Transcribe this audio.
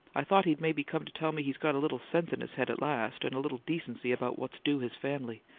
i thought he'd maybe come to tell me he'd got a little sense in his head at last, and a little decency about what's due his family!